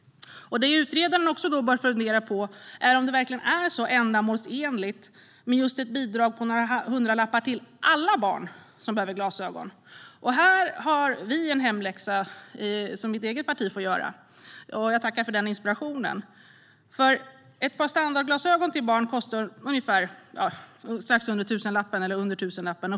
Det utredaren då också bör fundera på är om det verkligen är så ändamålsenligt med just ett bidrag på några hundralappar till alla barn som behöver glasögon. Här har mitt eget parti en hemläxa att göra, och jag tackar för inspirationen! Ett par standardglasögon till barn kostar nämligen strax under tusenlappen.